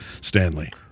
Stanley